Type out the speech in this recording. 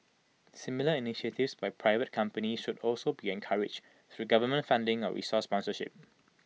similar initiatives by private companies should also be encouraged through government funding or resource sponsorship